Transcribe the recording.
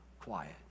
quiet